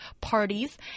parties